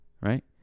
Right